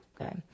Okay